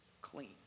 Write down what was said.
clean